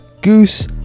Goose